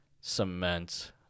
cement